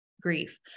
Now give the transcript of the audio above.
grief